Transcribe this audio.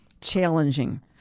challenging